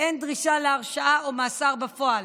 ואין דרישה להרשעה או מאסר בפועל.